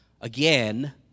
again